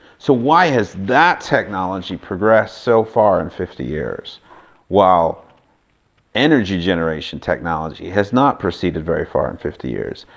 so why has that technology progressed so far in fifty years while energy generation technology has not proceeded very far in fifty years?